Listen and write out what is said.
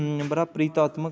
बड़ा प्रीतात्मक